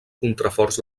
contraforts